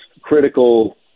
critical